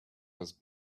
was